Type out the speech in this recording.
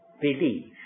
believe